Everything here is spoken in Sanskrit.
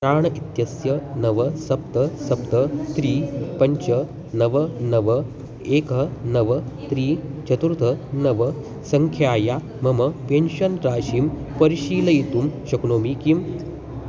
प्राण् इत्यस्य नव सप्त सप्त त्रीणि पञ्च नव नव एकं नव त्रीणि चतुर्थ नव सङ्ख्यया मम पेन्शन् राशिं परिशीलयितुं शक्नोमि किम्